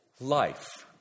life